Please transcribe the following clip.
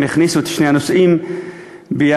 הכניסו את שני הנושאים יחד.